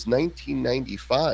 1995